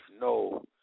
No